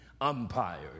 umpires